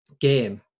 game